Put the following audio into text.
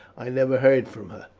i never heard from her.